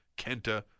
Kenta